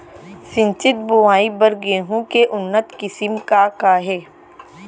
सिंचित बोआई बर गेहूँ के उन्नत किसिम का का हे??